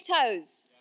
toes